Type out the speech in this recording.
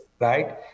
Right